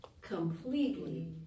completely